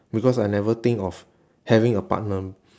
because I never think of having a partner